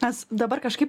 mes dabar kažkaip